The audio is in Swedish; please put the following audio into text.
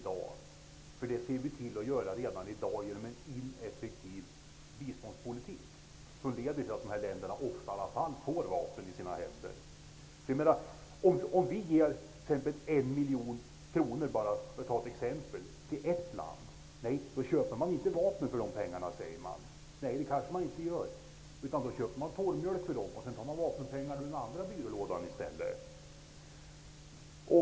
Det gör vi redan i dag genom en ineffektiv biståndpolitik, som ofta leder till att dessa länder får vapen i sina händer i alla fall. Om vi t.ex. ger 1 miljon kronor till ett land, så säger de att de inte köper vapen för pengarna. Nej, det kanske de inte gör; de kanske köper torrmjölk för dem. Men vapenpengarna tas i stället ur den andra byrålådan!